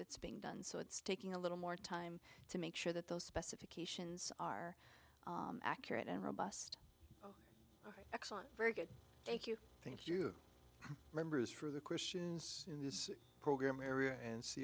that's being done so it's taking a little more time to make sure that those specifications are accurate and robust ok excellent very good thank you thank you members for the christians in this program area and s